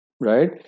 Right